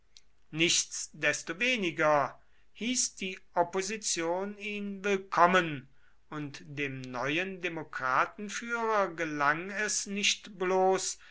nichtsdestoweniger hieß die opposition ihn willkommen und dem neuen demokratenführer gelang es nicht bloß